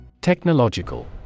Technological